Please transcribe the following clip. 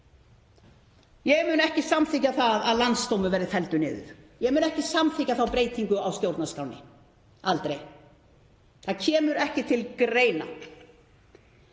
Ég mun ekki samþykkja að landsdómur verði felldur niður. Ég mun aldrei samþykkja þá breytingu á stjórnarskránni. Það kemur ekki til greina